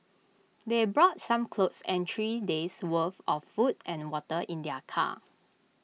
they brought some clothes and three days' worth of food and water in their car